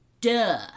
Duh